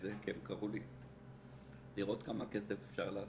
רגע, צריך לתקן פה.